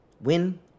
Win